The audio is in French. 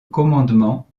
commandement